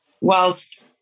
Whilst